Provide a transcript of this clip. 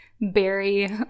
berry